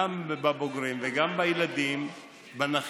גם על הבוגרים וגם על הילדים הנכים